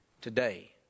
today